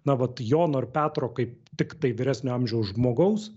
na vat jono ar petro kaip tiktai vyresnio amžiaus žmogaus